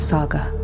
Saga